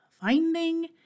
finding